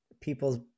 people's